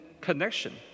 connection